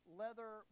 leather